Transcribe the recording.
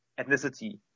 ethnicity